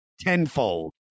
tenfold